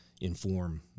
inform